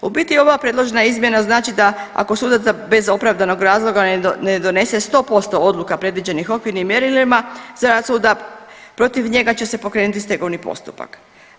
U biti ova predložena izmjena znači da ako sudac bez opravdanog razloga ne donese 100% odluka predviđenih okvirnim mjerilima za rad suda protiv njega će se pokrenuti stegovni postupak.